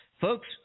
Folks